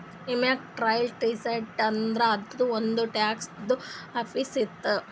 income tax department ಅಂದುರ್ ಅದೂ ಒಂದ್ ಟ್ಯಾಕ್ಸದು ಆಫೀಸ್ ಇರ್ತುದ್